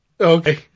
Okay